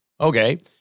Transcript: Okay